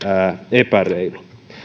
epäreilu